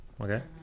Okay